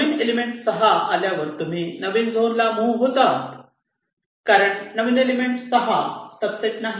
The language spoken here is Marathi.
नवीन एलिमेंट 6 आल्यावर तुम्ही नवीन झोन ला मुव्ह होतात कारण नवीन एलिमेंट 6 सब सेट नाही